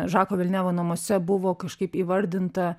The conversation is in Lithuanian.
žako velnevo namuose buvo kažkaip įvardinta